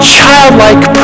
childlike